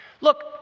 Look